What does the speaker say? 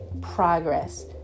progress